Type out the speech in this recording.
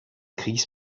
chris